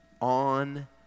on